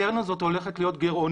הקרן הזאת הולכת להיות גרעונית.